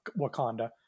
Wakanda